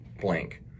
blank